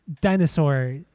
Dinosaur